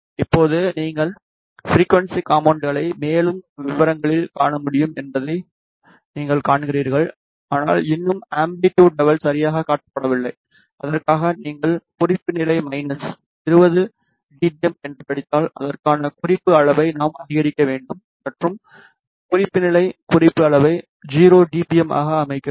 இப்போது நீங்கள் ஃபிரிக்குவன்ஸி கம்பொன்னேட்களை மேலும் விவரங்களில் காண முடியும் என்பதை நீங்கள் காண்கிறீர்கள் ஆனால் இன்னும் அம்பிலிட்டுட் லெவல் சரியாக காட்டப்படவில்லை அதற்காக நீங்கள் குறிப்பு நிலை மைனஸ் 20 டிபிஎம் என்று படித்தால் அதற்கான குறிப்பு அளவை நாம் அதிகரிக்க வேண்டும் மற்றும் குறிப்பு நிலை குறிப்பு அளவை 0 டிபிஎம் ஆக அமைக்கிறது